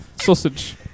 sausage